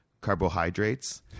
carbohydrates